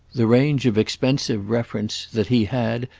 the range of expensive reference, that he had,